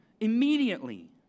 immediately